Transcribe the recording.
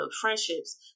friendships